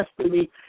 destiny